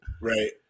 right